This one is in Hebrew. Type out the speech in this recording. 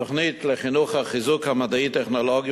התוכנית לחיזוק החינוך המדעי-טכנולוגי